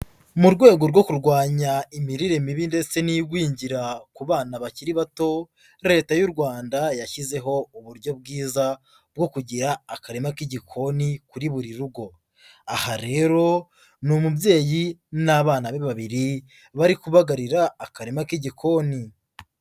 Mu rwego rwo kurwanya imirire mibi ndetse n'igwingira ku bana bakiri bato, Leta y'u Rwanda yashyizeho uburyo bwiza bwo kugira akarima k'igikoni kuri buri rugo, aha rero ni umubyeyi n'abana be babiri, bari kubagarira akarima k'igikoni.